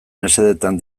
mesedetan